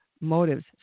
motives